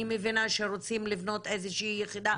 אני מבינה שרוצים לבנות איזושהי יחידה